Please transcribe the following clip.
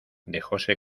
dejóse